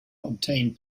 obtained